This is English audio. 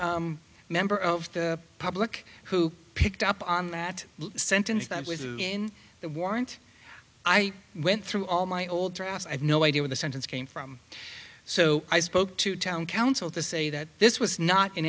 member of the public who picked up on that sentence that was in the warrant i went through all my old brass i have no idea what the sentence came from so i spoke to town council to say that this was not in